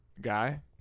guy